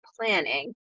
planning